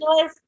noise